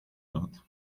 lat